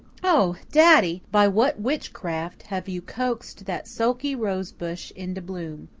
oh, daddy, by what witchcraft have you coaxed that sulky rose-bush into bloom?